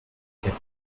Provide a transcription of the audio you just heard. check